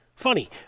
funny